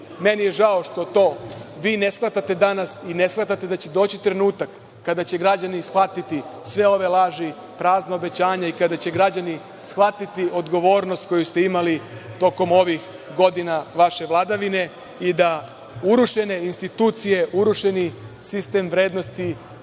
mi je što to ne shvatate danas i ne shvatate da će doći trenutak kada će građani shvatiti sve ove laži, prazna obećanja i kada će građani shvatiti odgovornost koju ste imali tokom ovih godina vaše vladavine i da urušene institucije, urušeni sistem vrednosti